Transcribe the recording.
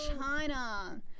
China